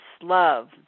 love